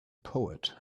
poet